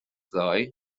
ddoe